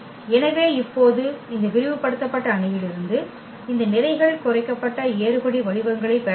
எனவே இப்போது இந்த விரிவுபடுத்தப்பட்ட அணியிலிருந்து இந்த நிரைகள் குறைக்கப்பட்ட ஏறுபடி வடிவங்களைப் பெற வேண்டும்